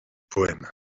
poèmes